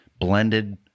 blended